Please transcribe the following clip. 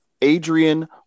Adrian